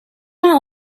not